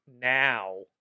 now